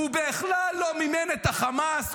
הוא בכלל לא מימן את חמאס.